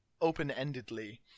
open-endedly